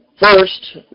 First